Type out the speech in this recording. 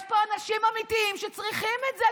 יש פה אנשים אמיתיים שצריכים את זה.